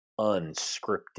unscripted